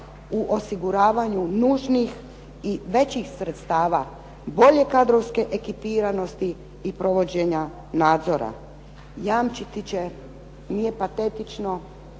u osiguravanju nužnih i većih sredstava bolje kadrovske ekipiranosti i provođenja nadzora. Jamčiti će, nije patetično,